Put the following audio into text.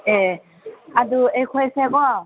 ꯑꯦ ꯑꯗꯨ ꯑꯩꯈꯣꯏꯁꯦꯀꯣ